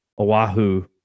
Oahu